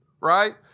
right